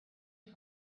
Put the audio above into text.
try